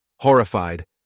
Horrified